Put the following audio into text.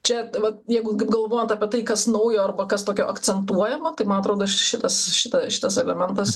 čia vat jeigu kaip galvojant apie tai kas naujo arba kas tokio akcentuojama tai man atrodo šitas šita šitas elementas